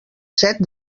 set